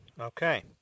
Okay